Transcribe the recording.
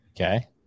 Okay